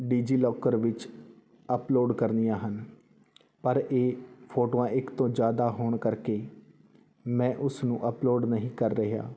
DigiLocker ਵਿੱਚ upload ਕਰਨੀਆਂ ਹਨ ਪਰ ਇਹ ਫੋਟੋਆਂ ਇੱਕ ਤੋਂ ਜ਼ਿਆਦਾ ਹੋਣ ਕਰਕੇ ਮੈਂ ਉਸਨੂੰ ਅਪਲੋਡ ਨਹੀਂ ਕਰ ਰਿਹਾ